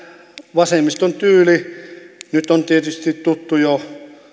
vasemmiston tyyli nyt on tietysti tuttu jo